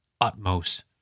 utmost